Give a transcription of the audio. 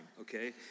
okay